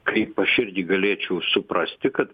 kaip aš irgi galėčiau suprasti kad